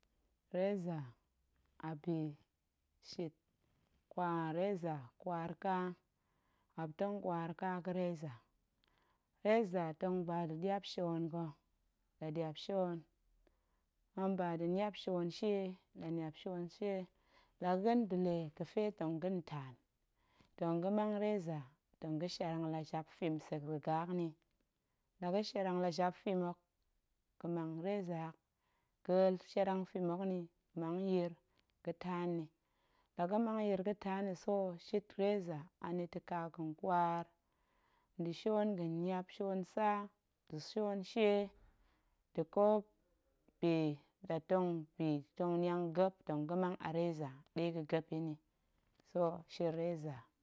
Reza a bi shit, kwa reza ƙwaar ƙa, muop tong ƙwaar ƙa ga̱ reza, reza tong ba da̱ ɗiap shion ga̱, la ɗiap shion, tong ba da̱ niap shion shie, la ga̱n nda̱ lee ga̱fe tong ga̱n taan, tong ga̱ mang reza tong ga̱ shiarang la jap fim sek riga hok nni, la ga̱ shiarang la jap fim hok, ga̱ mang reza hok ga̱ shiarang fim hok nni, mang nyir ga̱taan nni, la ga̱ mang nyir ga̱ taan nni, so shit reza anita̱ ƙa ga̱n nƙwaar, nda̱ shion ga̱niap shion tsa nda̱ shion shie, nda̱ ƙo bi la tong bi tong niang gep tong ga̱ mang a reza ɗe ga̱ gep yi nni, so shit reza